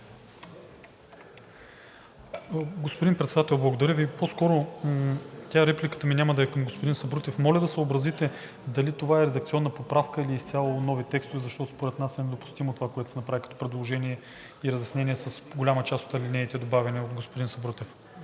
Господин Председател, благодаря Ви. По-скоро репликата ми няма да е към господин Сабрутев. Моля да съобразите дали това е редакционна поправка, или изцяло нови текстове, защото според нас е недопустимо това, което се направи като предложение и разяснение с голяма част от алинеите, добавени от господин Сабрутев.